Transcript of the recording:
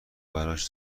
براش